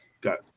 Got